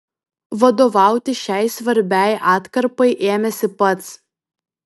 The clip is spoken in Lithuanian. vadovauti šiai svarbiai atkarpai ėmėsi pats